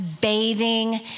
bathing